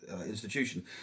institution